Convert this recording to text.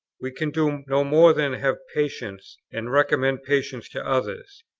we can do no more than have patience, and recommend patience to others,